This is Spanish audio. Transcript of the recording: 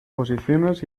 posiciones